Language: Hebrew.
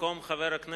(תיקון מס'